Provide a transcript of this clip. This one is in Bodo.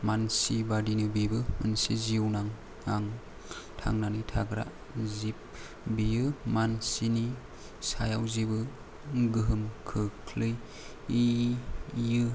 मानसि बादिनो बेबो मोनसे जिउनां थांनानै थाग्रा जिब बियो मानसिनि सायाव जेबो गोहोम खोख्लैया